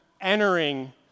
entering